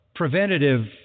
preventative